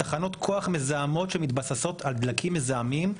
תחנות כוח מזהמות שמתבססות על דלקים מזהמים,